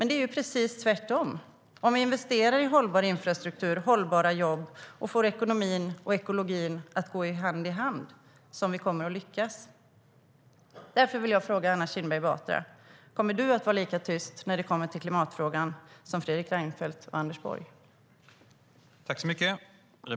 Det är precis tvärtom; det är om vi investerar i hållbar infrastruktur och hållbara jobb och får ekonomin och ekologin att gå hand i hand som vi kommer att lyckas.